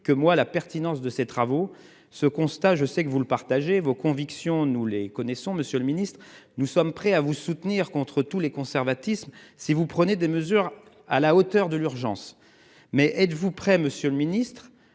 que moi la pertinence de ces travaux. Ce constat. Je sais que vous le partagez vos convictions, nous les connaissons. Monsieur le Ministre, nous sommes prêts à vous soutenir contre tous les conservatismes. Si vous prenez des mesures à la hauteur de l'urgence. Mais êtes-vous prêt Monsieur le Ministre